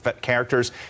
characters